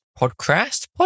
podcast